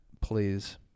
please